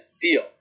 feel